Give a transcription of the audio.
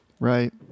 Right